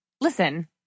Listen